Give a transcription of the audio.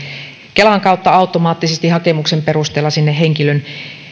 kelan kautta automaattisesti hakemuksen perusteella henkilön